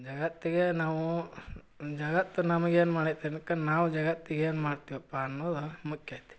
ಜಗತ್ತಿಗೆ ನಾವು ಜಗತ್ತು ನಮ್ಗೇನು ಮಾಡೈತೆ ಅನ್ನೋಕ್ಕೆ ನಾವು ಜಗತ್ತಿಗೇನು ಮಾಡ್ತೀವಪ್ಪ ಅನ್ನೋದು ಮುಖ್ಯ ಐತಿ